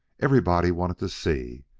everybody wanted to see,